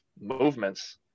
movements